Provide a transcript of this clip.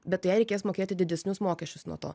bet jai reikės mokėti didesnius mokesčius nuo to